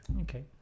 Okay